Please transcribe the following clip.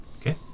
Okay